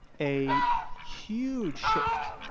a huge shift,